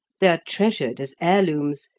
they are treasured as heirlooms,